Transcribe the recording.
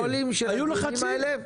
יש פרוטוקולים שמעידים עליהם?